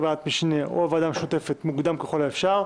ועדת המשנה או הוועדה המשותפת מוקדם ככל האפשר,